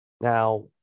Now